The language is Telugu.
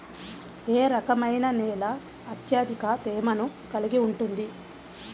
ఏ రకమైన నేల అత్యధిక తేమను కలిగి ఉంటుంది?